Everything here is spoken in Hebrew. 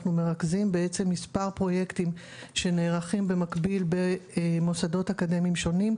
אנחנו מרכזים בעצם מספר פרויקטים שנערכים במקביל במוסדות אקדמיים שונים,